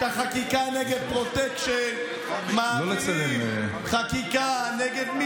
את החקיקה נגד פרוטקשן, מעבירים חקיקה נגד,